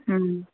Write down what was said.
हूं